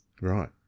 Right